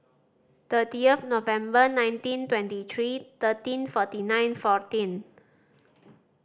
thirty of November nineteen twenty three thirteen forty nine fourteen